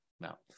now